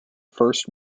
first